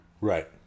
Right